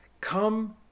come